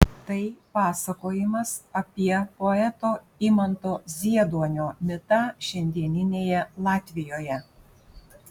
tai pasakojimas apie poeto imanto zieduonio mitą šiandieninėje latvijoje